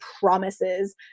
promises